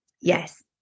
Yes